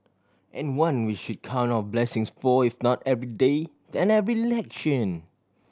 and one we should count our blessings for if not every day than every election